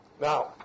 Now